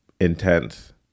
intense